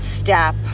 step